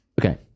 Okay